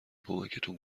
کمکتون